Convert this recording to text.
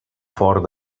fort